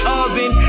oven